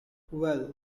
well